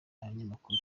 abanyamakuru